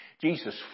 Jesus